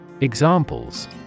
Examples